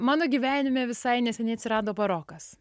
mano gyvenime visai neseniai atsirado barokas